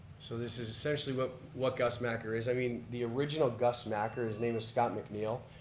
so this is essentially what what gus macker is. i mean, the original gus macker, his name is scott mcneil,